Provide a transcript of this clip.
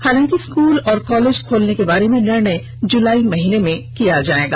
हालांकि स्कूल और कॉलेज खोलने के बारे में निर्णय जुलाई महीने में किया जाएगा